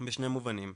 בשני מובנים,